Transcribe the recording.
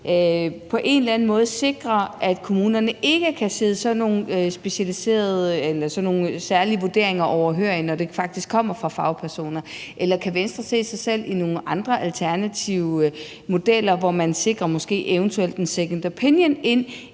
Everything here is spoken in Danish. på en eller anden måde sikrer, at kommunerne ikke kan sidde sådan nogle særlige vurderinger overhørig, når det faktisk kommer fra fagpersoner, eller kan Venstre se sig selv i nogle andre alternative modeller, hvor man sikrer måske eventuelt en second opinion ind